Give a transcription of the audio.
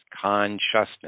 consciousness